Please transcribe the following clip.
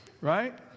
right